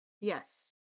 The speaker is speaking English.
Yes